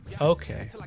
Okay